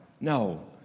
No